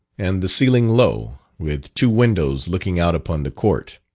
and the ceiling low, with two windows looking out upon the court.